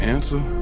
Answer